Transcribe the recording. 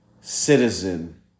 citizen